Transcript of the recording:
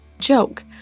joke